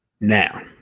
Now